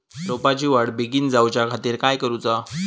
रोपाची वाढ बिगीन जाऊच्या खातीर काय करुचा?